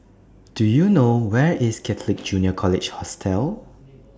Do YOU know Where IS Catholic Junior College Hostel